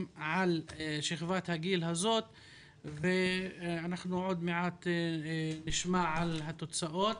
על שכבת הגיל הזאת - ועוד מעט נשמע את התוצאות